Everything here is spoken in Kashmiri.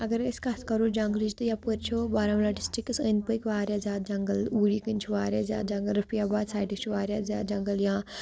اگر أسۍ کَتھ کَرو جنٛگلٕچ تہٕ یَپٲرۍ چھِو بارہمولہ ڈِسٹِرٛکَس أنٛدۍ پٔکۍ واریاہ زیادٕ جنٛگَل اوٗڑی کِنۍ چھِ واریاہ زیادٕ جنٛگَل رفیہ باد سایڈٕ چھُ واریاہ زیادٕ جنٛگَل یا